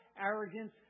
arrogance